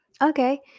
Okay